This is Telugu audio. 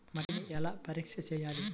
మట్టిని ఎలా పరీక్ష చేయాలి?